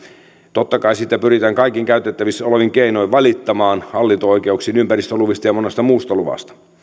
totta kai sitten pyritään kaikin käytettävissä olevin keinoin valittamaan hallinto oikeuksiin ympäristöluvista ja monesta muusta luvasta